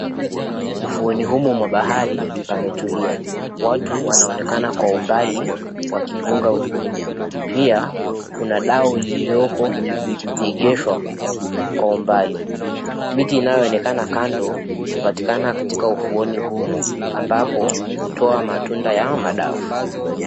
Ufuoni humu mwa bahari, pametulia. Watu wanaonekana kwa umbali wakipunga unyunyu. Pia kuna dau liliokoegeshwa kwa umbali. Miti inayoonekana kando, hupatikana katika ufuoni humo ambapo hutoa matunda ya madafu.